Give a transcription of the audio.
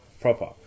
proper